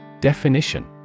Definition